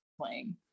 playing